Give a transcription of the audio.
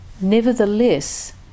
Nevertheless